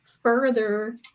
further